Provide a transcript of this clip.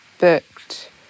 booked